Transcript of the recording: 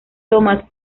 thomas